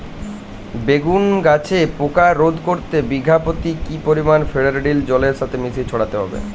বেগুন গাছে পোকা রোধ করতে বিঘা পতি কি পরিমাণে ফেরিডোল জলের সাথে মিশিয়ে ছড়াতে হবে?